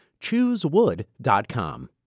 Choosewood.com